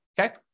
okay